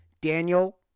Daniel